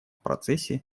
процессе